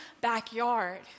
backyard